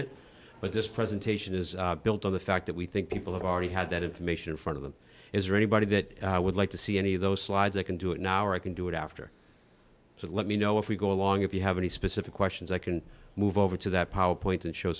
it but this presentation is built on the fact that we think people have already had that information in front of them is there anybody that would like to see any of those slides i can do it now or i can do it after so let me know if we go along if you have any specific questions i can move over to that power point and show